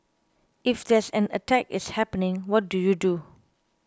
if there's an attack is happening what do you do